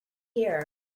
here